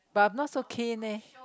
but I'm not so keen eh